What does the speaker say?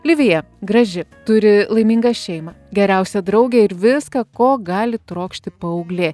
livija graži turi laimingą šeimą geriausią draugę ir viską ko gali trokšti paauglė